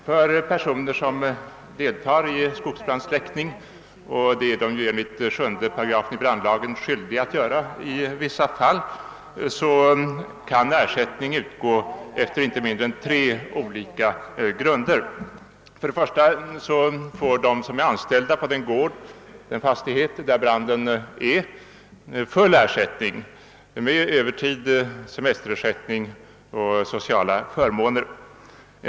För personer som deltar i skogsbrandsläckning — enligt 7 § brandlagen är man ju skyldig att göra det i vissa fall — kan ersättning utgå efter inte mindre än tre olika grunder. För det första får de som är anställda på den fastighet som drabbas av branden full ersättning med Öövertidsersättning, semesterersättning och sociala förmåner.